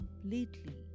completely